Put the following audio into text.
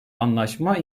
anlaşma